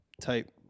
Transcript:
type